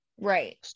Right